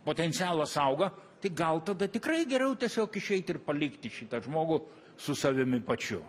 potencialas auga tai gal tada tikrai geriau tiesiog išeit ir palikti šitą žmogų su savimi pačiu